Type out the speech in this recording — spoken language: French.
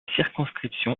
circonscription